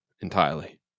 Entirely